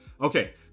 okay